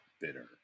bitter